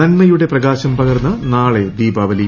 നന്മയുടെ പ്രകാശം പകർന്ന് നാളെ ദീപാവലി